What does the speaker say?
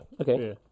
Okay